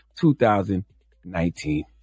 2019